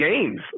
games